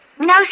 No